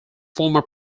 former